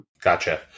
Gotcha